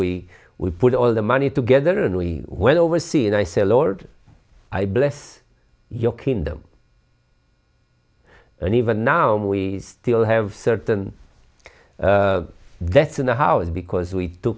would put all the money together and we went overseas and i said lord i bless your kingdom and even now we still have certain that's in the house because we t